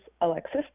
Alexis